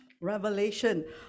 revelation